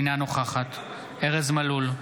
אינה נוכחת ארז מלול,